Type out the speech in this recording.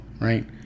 right